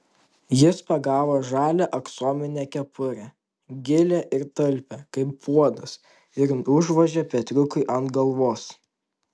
jis pagavo žalią aksominę kepurę gilią ir talpią kaip puodas ir užvožė petriukui ant galvos